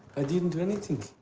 i didn't do anything.